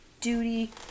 duty